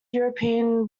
european